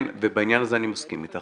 ובעניין הזה אני מסכים איתך,